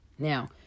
Now